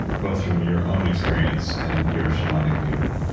both from your own experience and your shamanic view of it?